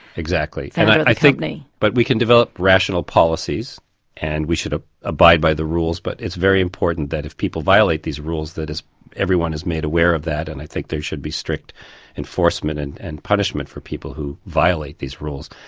exactly. and i think but we can develop rational policies and we should ah abide by the rules, but it's very important that if people violate these rules that everyone is made aware of that and i think there should be strict enforcement and and punishment for people who violate these rules.